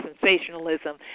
sensationalism